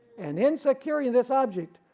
and in securing this object,